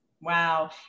Wow